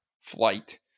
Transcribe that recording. Flight